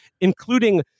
including